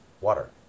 water